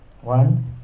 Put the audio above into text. one